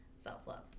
self-love